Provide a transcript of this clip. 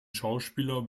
schauspieler